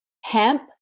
hemp